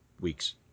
weeks